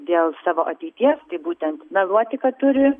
dėl savo ateities tai būtent meluoti kad turi